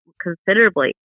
considerably